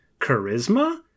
charisma